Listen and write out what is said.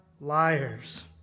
liars